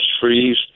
freeze